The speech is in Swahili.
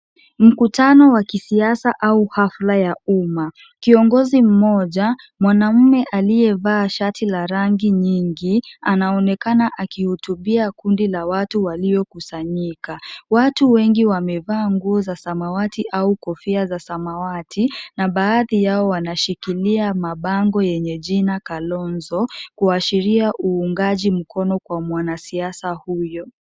Mkutano wa kisiasa au hafla ya umma. Kiongozi mmoja mwanamume aliyevaa shati la rangi nyingi anaonekana jurutubia kundi la watu walio kusanyika. Watu wengi wamevaa nguo za samawati au kofia za samawati na baadhi yao wanashikilia mabango yenye jina Kalonzo kuashiria uungaji mkono kwa mwanasiasa huyo.